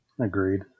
agreed